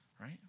right